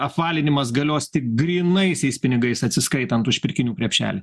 apvalinimas galios tik grynaisiais pinigais atsiskaitant už pirkinių krepšelį